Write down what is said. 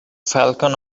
falcon